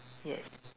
yes